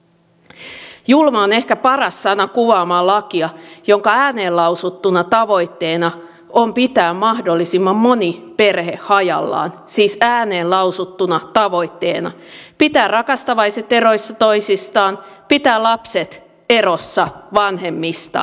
julma on ehkä paras sana kuvaamaan lakia jonka ääneen lausuttuna tavoitteena on pitää mahdollisimman moni perhe hajallaan siis ääneen lausuttuna tavoitteena pitää rakastavaiset erossa toisistaan pitää lapset erossa vanhemmistaan